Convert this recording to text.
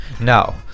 Now